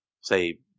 say